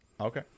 Okay